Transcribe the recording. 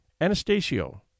Anastasio